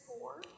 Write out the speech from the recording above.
four